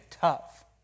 tough